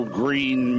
green